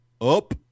Up